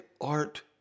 art